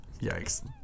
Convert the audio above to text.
Yikes